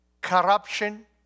corruption